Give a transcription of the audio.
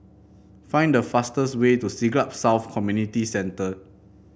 find the fastest way to Siglap South Community Centre